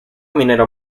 minero